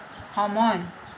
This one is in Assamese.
সময়